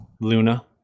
Luna